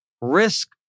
Risk